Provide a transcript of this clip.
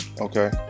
Okay